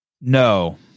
No